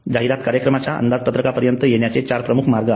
जाहिरात कार्यक्रमाच्या अंदाजपत्रका पर्यंत येण्याचे 4 प्रमुख मार्ग आहेत